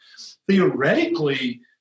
Theoretically